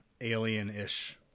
alien-ish